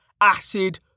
Acid